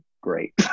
great